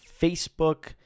Facebook